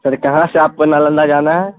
سر کہاں سے آپ کو نالندہ جانا ہے